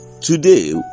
Today